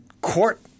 court